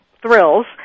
thrills